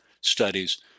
studies